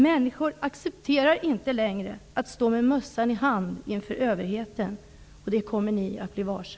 Människor accepterar inte längre att stå med mössan i hand inför överheten, och det kommer ni att bli varse.